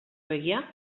begia